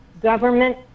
government